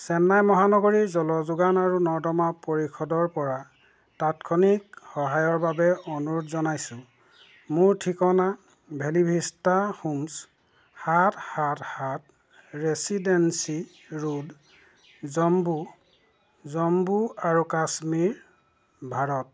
চেন্নাই মহানগৰী জলযোগান আৰু নৰ্দমা পৰিষদৰ পৰা তাৎক্ষণিক সহায়ৰ বাবে অনুৰোধ জনাইছোঁ মোৰ ঠিকনা ভেলি ভিষ্টা হোমছ্ সাত সাত সাত ৰেচিডেঞ্চী ৰোড জম্বু জম্বু আৰু কাশ্মীৰ ভাৰত